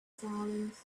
silence